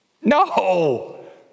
no